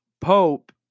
Pope